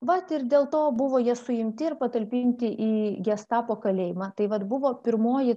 vat ir dėl to buvo jie suimti ir patalpinti į gestapo kalėjimą tai vat buvo pirmoji